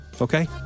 Okay